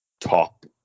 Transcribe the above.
top